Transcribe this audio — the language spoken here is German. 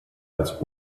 als